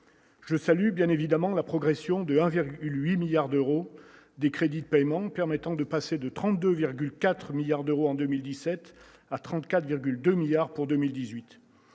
Je salue bien évidemment la progression de 1,8 milliard d'euros, des crédits de paiement permettant de passer de 32,4 milliards d'euros en 2017 à 34,2 milliards pour 2018